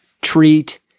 treat